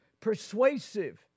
persuasive